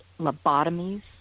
lobotomies